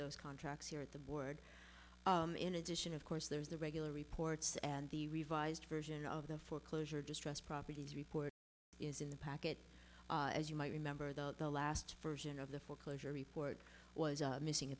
those contracts here at the board in addition of course there's the regular reports and the revised version of the foreclosure distress properties report is in the packet as you might remember the last version of the full closure report was missing a